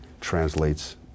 translates